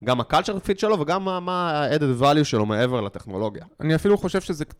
גם culture fit שלו, וגם ה-added value שלו מעבר לטכנולוגיה. אני אפילו חושב שזה קטן.